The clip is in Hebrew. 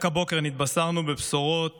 רק הבוקר נתבשרנו בבשורות